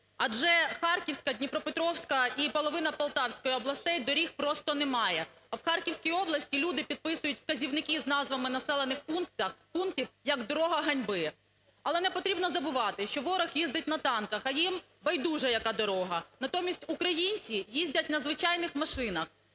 адже Харківська, Дніпропетровська і половина Полтавської областей – доріг просто немає, а в Харківській області люди підписують вказівники з назвами населених пунктів як дорога ганьби. Але не потрібно забувати, що ворог їздить на танках, а їм байдуже яка дорога. Натомість українці їздять на звичайних машинах